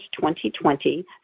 2020